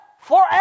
forever